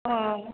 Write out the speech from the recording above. अह